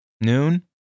Noon